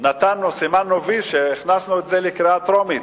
סימנו v -הכנסנו את זה לקריאה טרומית,